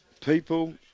people